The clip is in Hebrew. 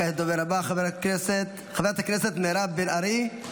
כעת לדוברת הבאה, חברת הכנסת מירב בן ארי,